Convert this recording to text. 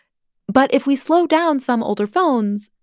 but if we slow down some older phones,